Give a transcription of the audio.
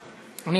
ובן-זוגו),